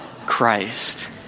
christ